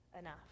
enough